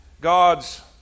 God's